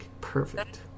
perfect